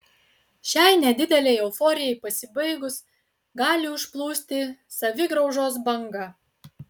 šiai nedidelei euforijai pasibaigus gali užplūsti savigraužos banga